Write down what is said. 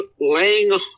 laying